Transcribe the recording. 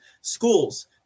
schools